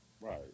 Right